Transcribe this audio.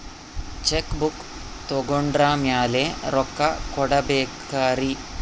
Check book ತೊಗೊಂಡ್ರ ಮ್ಯಾಲೆ ರೊಕ್ಕ ಕೊಡಬೇಕರಿ?